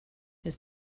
his